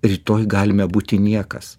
rytoj galime būti niekas